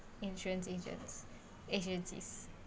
insurance agents agencies